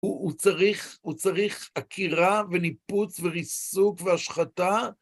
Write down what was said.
הוא צריך עקירה וניפוץ וריסוק והשחתה.